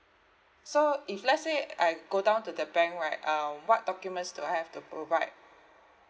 so if let's say I go down to the bank right um what documents do I have to provide